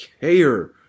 care